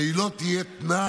אבל היא לא תהיה תנאי